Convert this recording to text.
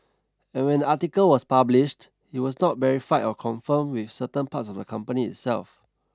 and when the article was published it was not verified or confirmed with certain parts of the company itself